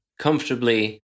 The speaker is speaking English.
comfortably